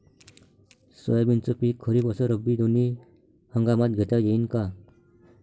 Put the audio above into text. सोयाबीनचं पिक खरीप अस रब्बी दोनी हंगामात घेता येईन का?